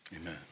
amen